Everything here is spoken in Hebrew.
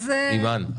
אימאן,